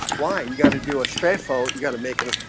why you got to do a straight phone you got to make it a